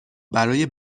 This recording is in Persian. برای